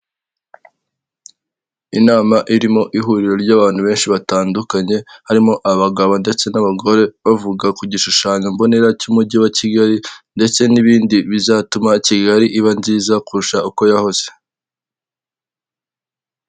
Inama irimo ihuriro ry'abantu benshi batandukanye, harimo abagabo ndetse n'abagore, bavuga ku gishushanyo mbonera cy'Umujyi wa Kigali ndetse n'ibindi bizatuma Kigali iba nziza kurusha uko yahoze.